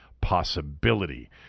possibility